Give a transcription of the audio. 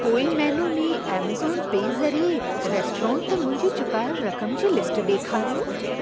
पोएं महीनो में ऐमज़ॉन पे ज़रिए रेस्टोरेंट ते मुंहिंजी चुकायल रक़म जी लिस्ट ॾेखारियो